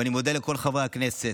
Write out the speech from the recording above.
אני מודה לכל חברי הכנסת.